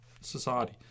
society